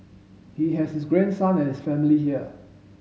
he has his grandson and his family here